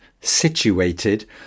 situated